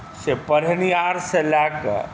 से पढ़ेनिहारसँ लए कऽ